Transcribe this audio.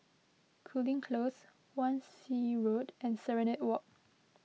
Cooling Close Wan Shih Road and Serenade Walk